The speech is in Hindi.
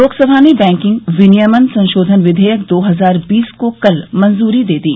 लोकसभा ने बैंकिंग विनियमन संशोधन विधेयक दो हजार बीस को कल मंजूरी दे दी